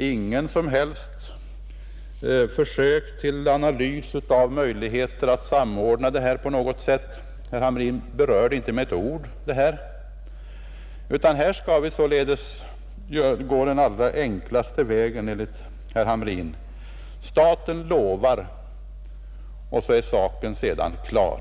Han gör inget som helst försök till analys av möjligheterna att på något sätt samordna detta. Herr Hamrin berör inte saken med ett enda ord. Här skall vi sålunda gå den allra enklaste vägen, herr Hamrin: staten lovar och saken är sedan klar!